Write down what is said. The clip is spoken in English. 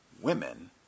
Women